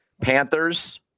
Panthers